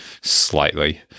slightly